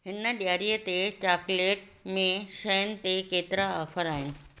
हिन ॾियारीअ ते चॉकलेट में शयुनि ते केतिरा ऑफर आहिनि